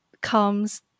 comes